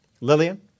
Lillian